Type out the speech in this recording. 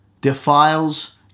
defiles